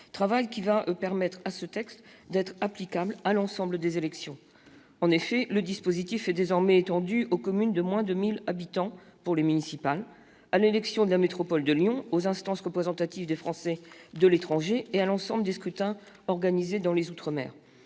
travail qui va permettre à ce texte d'être applicable à l'ensemble des élections. En effet, le dispositif est désormais étendu aux communes de moins de 1 000 habitants pour les municipales, à l'élection des conseillers de la métropole de Lyon, aux instances représentatives des Français de l'étranger et à l'ensemble des scrutins organisés dans les outre-mer.